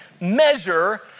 measure